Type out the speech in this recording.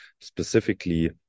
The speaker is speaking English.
specifically